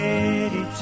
City